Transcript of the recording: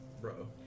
bro